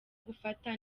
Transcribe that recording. gufata